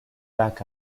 back